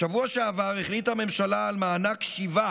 בשבוע שעבר החליטה הממשלה על מענק שיבה